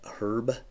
Herb